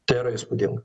tai yra įspūdinga